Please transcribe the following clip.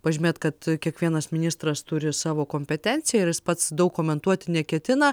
pažymėt kad kiekvienas ministras turi savo kompetenciją ir jis pats daug komentuoti neketina